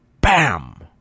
bam